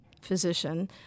physician